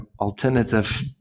alternative